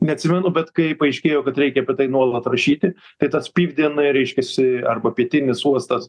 neatsimenu bet kai paaiškėjo kad reikia apie tai nuolat rašyti tai tas pivden reiškiasi arba pietinis uostas